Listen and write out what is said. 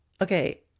okay